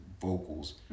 vocals